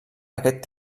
aquest